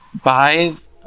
five